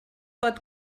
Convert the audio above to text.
pot